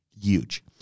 Huge